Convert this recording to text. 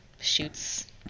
shoots